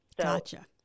Gotcha